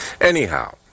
Anyhow